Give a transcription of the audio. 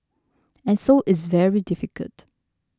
and so it's very difficult